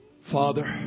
Father